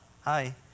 Hi